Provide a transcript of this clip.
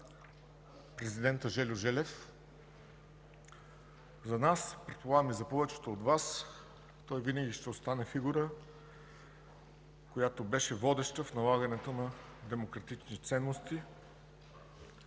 президента Жельо Желев. За нас, предполагам и за повечето от Вас, той винаги ще остане фигура, която беше водеща в налагането на демократичните ценности.